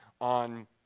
on